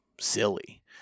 silly